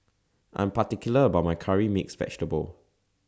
I'm particular about My Curry Mixed Vegetable